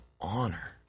honor